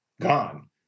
gone